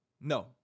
no